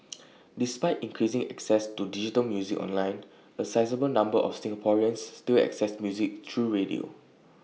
despite increasing access to digital music online A sizeable number of Singaporeans still access music through radio